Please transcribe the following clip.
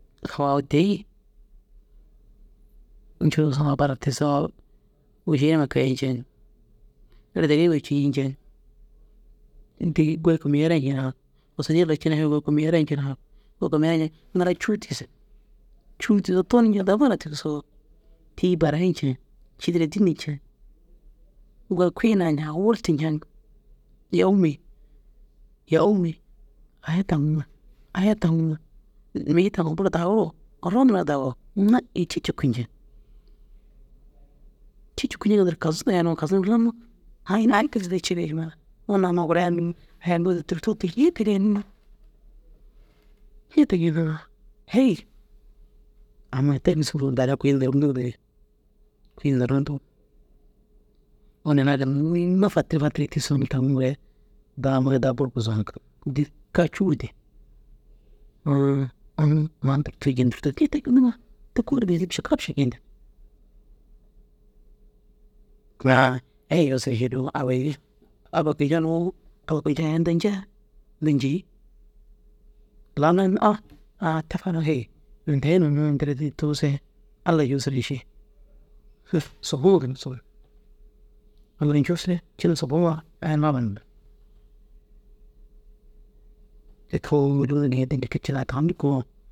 Agu aũ tê-i ncuussu ŋa bara tigisoo wûšiini numa keyi nceŋ êrdigiwi nceŋ digi goyi komii ai ra ncinawug osunur ñire komii ai ra ncinawug goyi komii ai ra ncinawug ŋila na cûu tigisu. Cûu tigisoo tugun cener bara tigisoo tîi barayi nceŋ cî duro dînni nceŋ goyi kui nawu nceŋ wurtu nceŋi ya ûmmi ya ûmmi aya taŋuŋa aya taŋuŋa mii taŋuu buru dagu ru orro nur ai dagu, umah yi cî cuki nceŋ cî cuki nceiŋa duro kazu yeniŋoo kazu numa lamug ai ini are cussu jire iŋa na. Unnu amma gura i ayan ayanduu yindoo na kirin ña te geeniŋ ŋa hêi amma tee geenniŋoo tara kui noromdige ciina rôn. Unnu ina ginna fatiri fatiri kisin mii taŋoo re daa mire daa buru buzu dii daa kaa curuu dii maa nurtig jii nurtig te ginna ña te kôoli gali ši hêi ussu aba yin aba kiñjir noo aba kinjir inda ñee inda ñee yi la anuu inda ah a te fariŋa hêi inda nuu ini tira fî tusee alla jufusure ši subbuuma geenim sôwure alla i jufusure jire subbuuma aya numa ye aba numa ye te hôolu niye din ke jillar tan koo